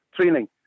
training